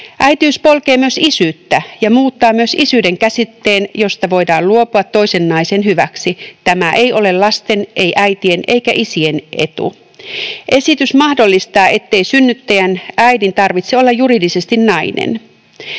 Äitiys polkee myös isyyttä ja muuttaa myös isyyden käsitteen, josta voidaan luopua toisen naisen hyväksi. Tämä ei ole lasten, ei äitien eikä isien etu. Esitys mahdollistaa, ettei synnyttäjän, äidin, tarvitse olla juridisesti nainen.